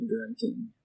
drinking